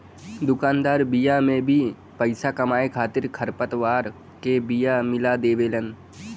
दुकानदार बिया में भी पईसा कमाए खातिर खरपतवार क बिया मिला देवेलन